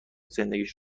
زندگیش